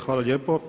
Hvala lijepo.